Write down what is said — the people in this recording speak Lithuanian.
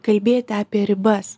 kalbėti apie ribas